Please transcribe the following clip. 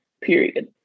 period